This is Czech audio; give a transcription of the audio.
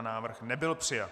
Návrh nebyl přijat.